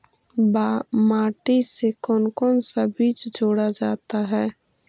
माटी से कौन कौन सा बीज जोड़ा जाता है?